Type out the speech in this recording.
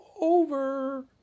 over